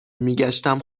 میگشتم